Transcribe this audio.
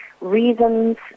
reasons